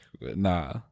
Nah